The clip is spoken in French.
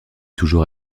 toujours